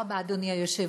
תודה רבה, אדוני היושב-ראש.